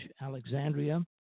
Alexandria